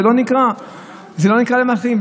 זה לא נקרא עליית מחירים?